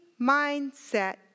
mindset